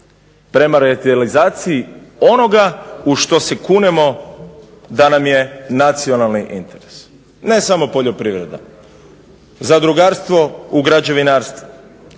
prema realizaciji onoga u što se kunemo da nam je nacionalni interes, ne samo poljoprivreda. Zadrugarstvo u građevinarstvu,